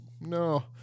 No